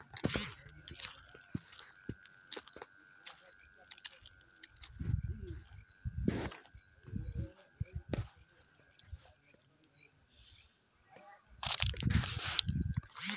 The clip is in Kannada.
ನಾನು ತಗೊಂಡ ಸಾಲದ ಕಂತಿಗೆ ಹಾಕೋ ಬಡ್ಡಿ ವಜಾ ಐತಲ್ರಿ ಅದನ್ನ ಕಮ್ಮಿ ಮಾಡಕೋಬಹುದಾ?